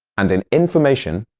and in information,